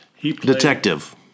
Detective